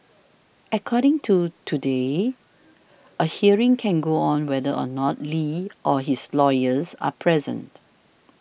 according to Today a hearing can go on whether or not Li or his lawyers are present